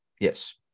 Yes